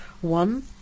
One